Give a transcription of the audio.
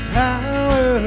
power